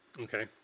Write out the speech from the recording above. Okay